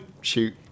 shoot